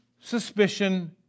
suspicion